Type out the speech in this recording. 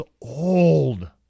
old